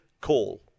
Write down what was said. call